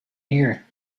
here